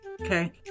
Okay